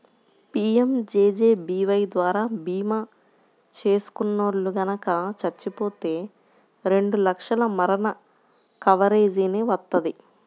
PMJJBY ద్వారా భీమా చేసుకున్నోల్లు గనక చచ్చిపోతే రెండు లక్షల మరణ కవరేజీని వత్తది